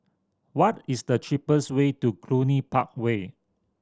what is the cheapest way to Cluny Park Way